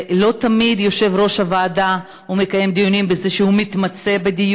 לא תמיד יושב-ראש הוועדה מקיים דיונים בנושא שהוא מתמצא בו.